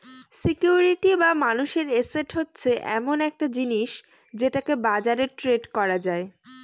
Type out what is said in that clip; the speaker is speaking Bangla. সিকিউরিটি বা মানুষের এসেট হচ্ছে এমন একটা জিনিস যেটাকে বাজারে ট্রেড করা যায়